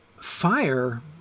fire